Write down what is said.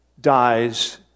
dies